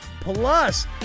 Plus